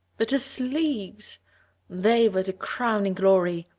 but the sleeves they were the crowning glory!